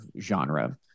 genre